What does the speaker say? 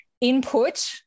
input